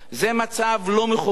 זה מצב לא מכובד,